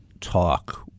talk